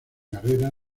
carrera